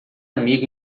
amigo